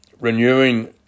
renewing